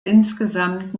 insgesamt